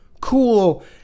cool